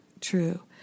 true